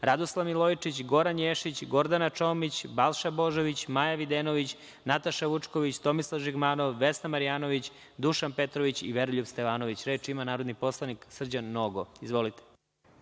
Radoslav Milojičić, Goran Ješić, Gordana Čomić, Balša Božović, Maja Videnović, Nataša Vučković, Tomislav Žigmanov, Vesna Marjanović, Dušan Petrović i Veroljub Stevanović. Reč ima narodni poslanik Srđan Nogo. Izvolite.